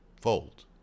fold